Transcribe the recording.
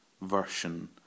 version